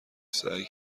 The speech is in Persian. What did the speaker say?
سعی